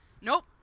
nope